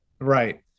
right